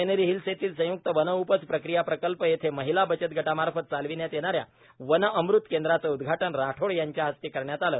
seminary Hills येथील संय्क्त वनउपज प्रक्रिया प्रकल्प येथे महिला बचत गटांमार्फत चालविण्यात येणाऱ्या वनअमृत केंद्राचे उद्घाटन राठोड यांच्या हस्ते करण्यात आले